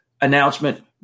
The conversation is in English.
announcement